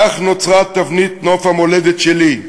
כך נוצרה תבנית נוף המולדת שלי,